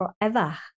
forever